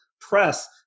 press